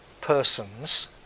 persons